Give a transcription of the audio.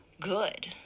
good